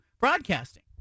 broadcasting